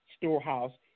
storehouse